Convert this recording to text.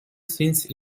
since